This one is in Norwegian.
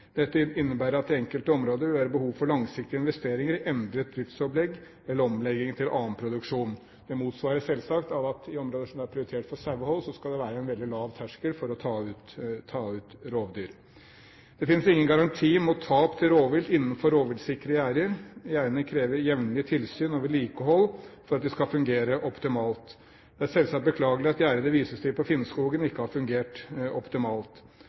Dette innebærer at det i enkelte områder vil være behov for langsiktige investeringer i endret driftsopplegg eller omlegging til annen produksjon. Det motsvares selvsagt av at i områder som er prioritert for sauehold, skal det være en veldig lav terskel for å ta ut rovdyr. Det finnes ingen garanti mot tap til rovvilt innenfor rovviltsikre gjerder. Gjerdene krever jevnlig tilsyn og vedlikehold for at de skal fungere optimalt. Det er selvsagt beklagelig at gjerdet det vises til på Finnskogen, ikke har fungert optimalt.